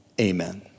Amen